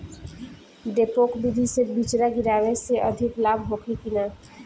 डेपोक विधि से बिचड़ा गिरावे से अधिक लाभ होखे की न?